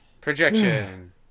projection